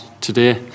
today